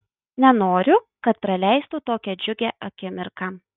nenoriu kad praleistų tokią džiugią akimirką